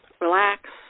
relax